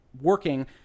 working